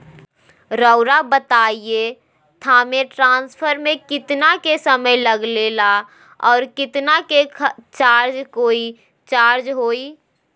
रहुआ बताएं थाने ट्रांसफर में कितना के समय लेगेला और कितना के चार्ज कोई चार्ज होई?